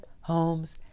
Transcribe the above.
homes